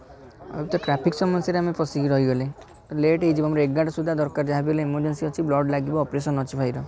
ତ ଟ୍ରାଫିକ୍ ସମସ୍ୟାରେ ଆମେ ଫଶିକି ରହିଗଲେ ଲେଟ୍ ହେଇଯିବ ଆମର ଏଗାର ଟା ସୁଧା ଦରକାର୍ ଯାହା ବି ହେଲେ ଏମର୍ଜେନ୍ସି ଅଛି ବ୍ଲଡ଼୍ ଲାଗିବ ଅପରେସନ୍ ଅଛି ଭାଇର